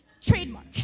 Trademark